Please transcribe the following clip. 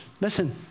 Listen